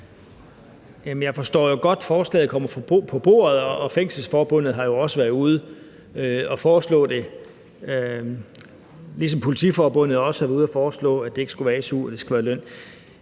Jeg forstår jo godt, at forslaget kommer på bordet, og Fængselsforbundet har jo også været ude at foreslå det, ligesom Politiforbundet også har været ude at foreslå, at det ikke skulle være su, men skulle være løn.